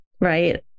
right